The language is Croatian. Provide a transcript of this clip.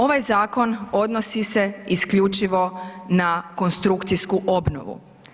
Ovaj zakon odnosi se isključivo na konstrukcijsku obnovu.